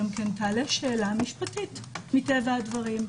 תעלה גם שאלה משפטית מטבע הדברים,